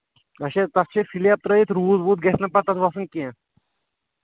اچھا تَتھ چھِ اَسہِ سِلیب ترٲوِتھ روٗد ووٗد گژھِ نہٕ پَتہٕ تَتھ وَسُن کیٚنہہ